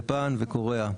יפן וקוריאה.